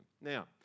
now